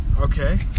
Okay